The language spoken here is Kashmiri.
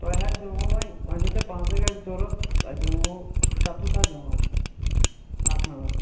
تۄہہِ حظ دِمہو وۅنۍ وۅنۍ چھُو تۄہہِ پانٛژاہ گاڑِ ضروٗرت تۄہہِ دِمہو شَتوُہ ساس دِمہو حظ اکھ نَمبر